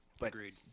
Agreed